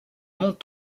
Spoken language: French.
mont